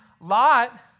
Lot